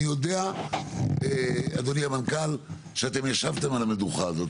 אני יודע אדוני המנכ"ל שאתם ישבתם על המדוכה הזאת,